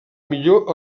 millor